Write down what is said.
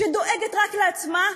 שדואגת רק לעצמה,